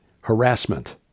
harassment